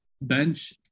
bench